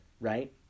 Right